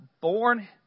born